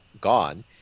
gone